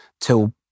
till